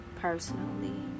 personally